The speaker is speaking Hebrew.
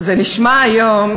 זה נשמע היום